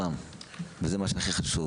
זה מה שהכי חשוב.